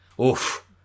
Oof